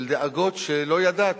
של דאגות שלא ידעתי,